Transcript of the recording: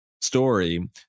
story